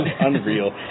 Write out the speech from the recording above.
Unreal